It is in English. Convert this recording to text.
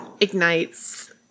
ignites